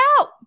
out